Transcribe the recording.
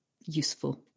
useful